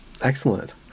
Excellent